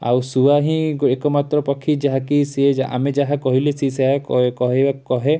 ଆଉ ଶୁଆ ହିଁ ଏକମାତ୍ର ପକ୍ଷୀ ଯାହାକି ସିଏ ଆମେ ଯାହା କହିଲେ ସିଏ ସେୟା କହେ